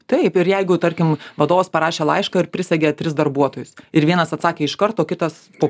taip ir jeigu tarkim vadovas parašė laišką ir prisegė tris darbuotojus ir vienas atsakė iš karto kitos po